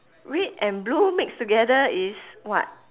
red and blue mix together is what